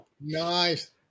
Nice